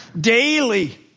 daily